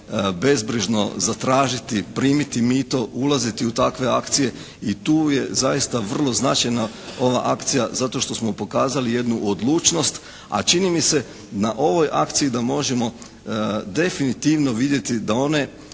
bezbrižno zatražiti, primiti mito, ulaziti u takve akcije i tu je zaista vrlo značajna ova akcija zato što smo pokazali jednu odlučnost a čini mi se na ovoj akciji da možemo definitivno vidjeti da one